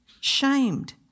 shamed